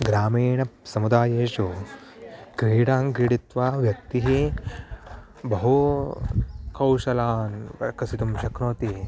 ग्रामीणसमुदायेषु क्रीडां क्रीडित्वा व्यक्तिः बहून् कौशलान् प्रकटितुं शक्नोति